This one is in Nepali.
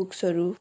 बुक्सहरू